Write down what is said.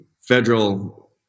federal